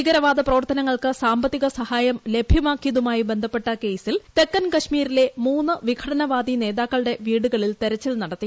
ഭീകരവാദ പ്രവർത്തനങ്ങൾക്ക് സാ്മ്പത്തിക സഹായം ലഭൃമാക്കിയതുമായി ബന്ധപ്പെട്ട കേസിൽ തെക്കൻ കശ്മീരിലെ മൂന്ന് വിഘടനവാദി നേതാക്കളുടെ വീടുകളിൽ തെരച്ചിൽ നടത്തി